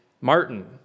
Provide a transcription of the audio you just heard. Martin